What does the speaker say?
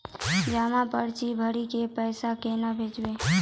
जमा पर्ची भरी के पैसा केना भेजबे?